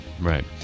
right